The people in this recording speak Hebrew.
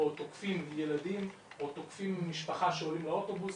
או תוקפים ילדים או תוקפים משפחה שעולים לאוטובוס.